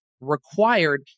required